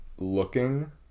looking